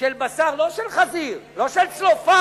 של בשר, לא של חזיר, לא של צלופח,